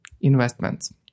investments